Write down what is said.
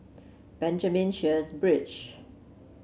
Benjamin Sheares Bridge